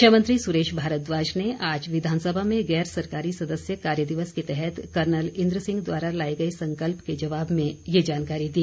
शिक्षा मंत्री सुरेश भारद्वाज ने आज विधानसभा में गैर सरकारी सदस्य कार्य दिवस के तहत कर्नल इंद्र सिंह द्वारा लाए गए संकल्प के जवाब में ये जानकारी दी